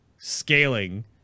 scaling